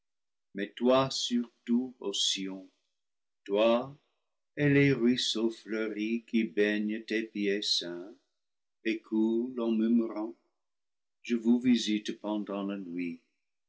mais toi surtout ô sion toi et les ruisseaux fleuris qui baignent tes pieds saints et coulent en murmurant je vous visite pendant la nuit